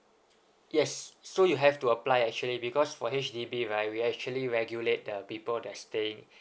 yes so you have to apply actually because for H_D_B right we actually regulate the people that are staying